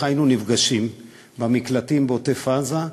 איך היינו נפגשים במקלטים בעוטף-עזה,